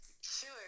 Sure